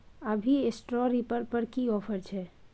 अभी straw reaper पर की ऑफर छै?